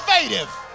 innovative